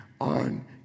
on